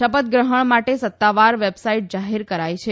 શપથગ્રહણ માટે સત્તાવાર વેબસાઇટ જાહેર કરાઇ છે